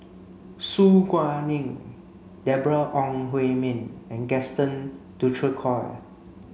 Su Guaning Deborah Ong Hui Min and Gaston Dutronquoy